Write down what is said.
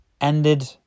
ended